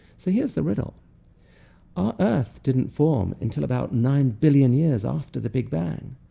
so here's the riddle our earth didn't form until about nine billion years after the big bang.